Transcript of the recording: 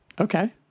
Okay